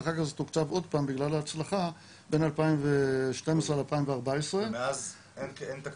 ואחר כך זה תוקצב עוד פעם בגלל ההצלחה בין 2012-2014. ומאז אין תקציב?